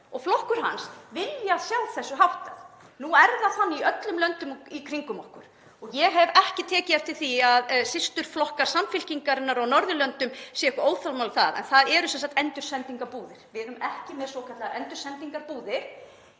og flokkur hans vilja sjá þessu háttað? Nú er það þannig í öllum löndum í kringum okkur, og ég hef ekki tekið eftir því að systurflokkar Samfylkingarinnar á Norðurlöndum séu eitthvað óþolinmóðir varðandi það, en þar eru sem sagt endursendingarbúðir. Við erum ekki með svokallaðar endursendingarbúðir.